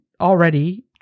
already